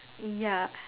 ya